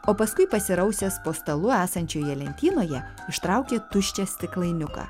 o paskui pasirausęs po stalu esančioje lentynoje ištraukė tuščią stiklainiuką